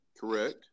correct